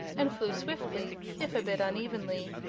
and flew swiftly, if a bit unevenly,